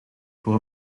voor